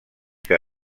que